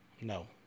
No